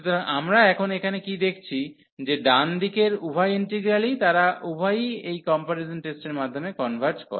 সুতরাং আমরা এখন এখানে কী দেখছি যে ডান দিকের উভয় ইন্টিগ্রালই তারা উভয়ই এই কম্পারিজন টেস্টের মাধ্যমে কনভার্জ করে